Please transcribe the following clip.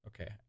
Okay